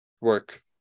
work